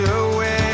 away